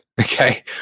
Okay